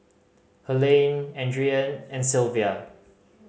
Helaine Adrienne and Sylvia